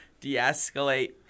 de-escalate